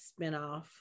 spinoff